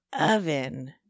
oven